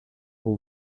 all